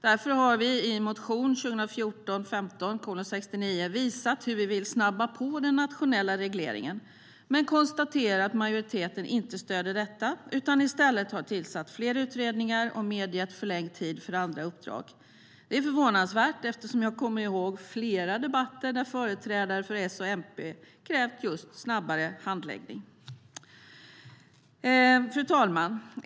Därför har vi i motion 2014/15:69 visat hur vi vill snabba på den nationella regleringen. Vi konstaterar att majoriteten inte stöder detta utan i stället har tillsatt fler utredningar och medgett förlängd tid för andra uppdrag. Det är förvånansvärt, eftersom jag kommer ihåg flera debatter där företrädare för Socialdemokraterna och Miljöpartiet krävt just snabbare handläggning. Fru talman!